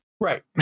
Right